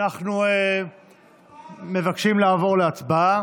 אנחנו מבקשים לעבור להצבעה.